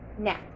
Now